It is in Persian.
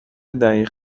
دقیق